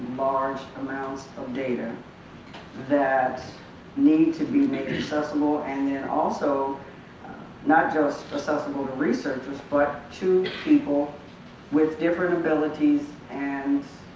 large amounts of data that need to be made accessible and then also not just accessible to researchers but to people with different abilities and